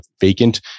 vacant